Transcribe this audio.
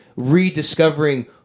Rediscovering